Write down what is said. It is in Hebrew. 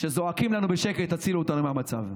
שזועקים לנו בשקט: תצילו אותנו מהמצב.